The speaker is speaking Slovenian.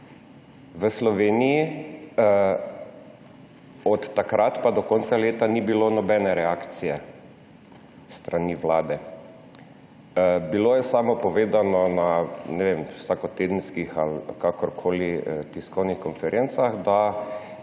V Sloveniji od takrat pa do konca leta ni bilo nobene reakcije s strani vlade. Bilo je samo povedano na tiskovnih konferencah, da